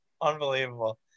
unbelievable